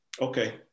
Okay